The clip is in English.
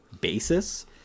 basis